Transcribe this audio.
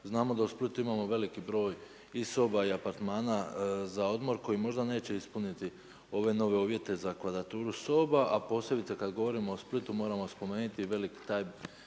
Znamo da u Splitu imamo veliki broj i soba i apartmana za odmor, koji možda neće ispuniti ove nove uvjete za kvadraturu soba, a posebice kada govorimo o Splitu, moramo spomenuti i veliki taj